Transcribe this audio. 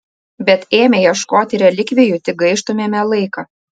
bet ėmę ieškoti relikvijų tik gaištumėme laiką